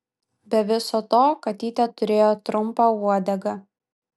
be viso to katytė turėjo trumpą uodegą